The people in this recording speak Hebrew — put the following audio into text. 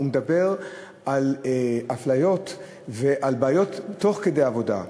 הוא מדבר על אפליות ועל בעיות תוך כדי עבודה.